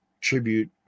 tribute